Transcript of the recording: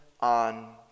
on